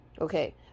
okay